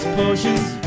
potions